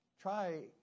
try